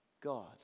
God